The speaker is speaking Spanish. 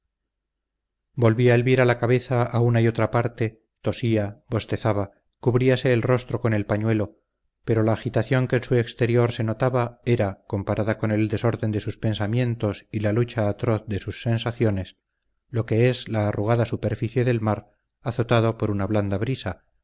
vos volvía elvira la cabeza a una y otra parte tosía bostezaba cubríase el rostro con el pañuelo pero la agitación que en su exterior se notaba era comparada con el desorden de sus pensamientos y la lucha atroz de sus sensaciones lo que es la arrugada superficie del mar azotado por una blanda brisa